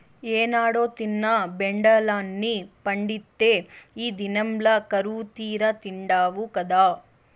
ఏనాడో తిన్న పెండలాన్ని పండిత్తే ఈ దినంల కరువుతీరా తిండావు గదా